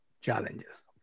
challenges